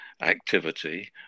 activity